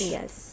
Yes